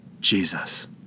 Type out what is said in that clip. Jesus